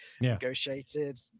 negotiated